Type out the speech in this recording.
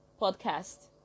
podcast